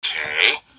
okay